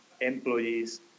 employees